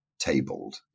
tabled